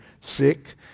sick